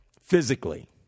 physically